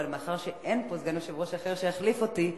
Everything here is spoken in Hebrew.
ומאחר שאין פה סגן יושב-ראש אחר שיחליף אותי,